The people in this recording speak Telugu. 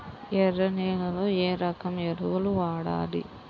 ఎర్ర నేలలో ఏ రకం ఎరువులు వాడాలి?